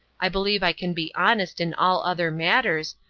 i believe i can be honest in all other matters,